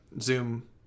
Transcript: Zoom